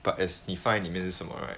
but it's 你放在里面是什么 right